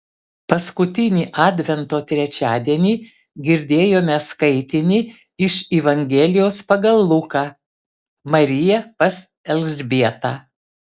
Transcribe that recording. paskutinį advento trečiadienį girdėjome skaitinį iš evangelijos pagal luką marija pas elzbietą